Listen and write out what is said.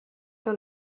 que